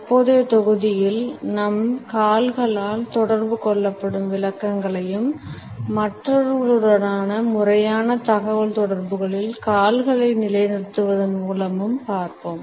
தற்போதைய தொகுதியில் நம் கால்களால் தொடர்பு கொள்ளப்படும் விளக்கங்களையும் மற்றவர்களுடனான முறையான தகவல்தொடர்புகளில் கால்களை நிலைநிறுத்துவதன் மூலமும் பார்ப்போம்